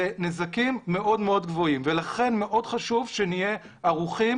זה נזקים מאוד מאוד גבוהים ולכן מאוד חשוב שנהיה ערוכים